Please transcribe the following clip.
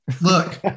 Look